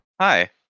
Hi